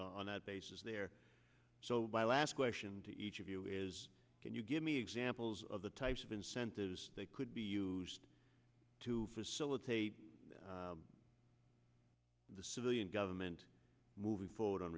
on that basis there so my last question to each of you is can you give me examples of the types of incentives they could be used to facilitate the civilian government moving forward on